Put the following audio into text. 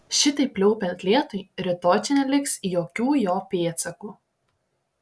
šitaip pliaupiant lietui rytoj čia neliks jokių jo pėdsakų